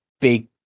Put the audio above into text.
big